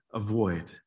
avoid